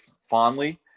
fondly